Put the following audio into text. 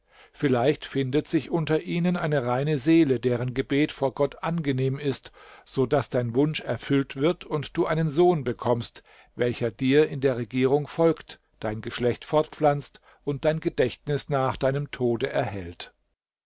vielleicht findet sich unter ihnen eine reine seele deren gebet vor gott angenehm ist so daß dein wunsch erfüllt wird und du einen sohn bekommst welcher dir in der regierung folgt dein geschlecht fortpflanzt und dein gedächtnis nach deinem tode erhält